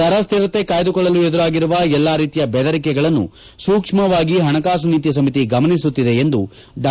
ದರ ಸ್ಟಿರತೆ ಕಾಯ್ಲುಕೊಳ್ಳಲು ಎದುರಾಗಿರುವ ಎಲ್ಲಾ ರೀತಿಯ ಬೆದರಿಕೆಗಳನ್ನು ಸೂಕ್ಷವಾಗಿ ಹಣಕಾಸು ನೀತಿ ಸಮಿತಿ ಗಮನಿಸುತ್ಲಿದೆ ಎಂದು ಡಾ